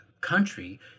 country